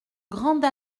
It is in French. grande